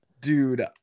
Dude